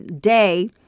day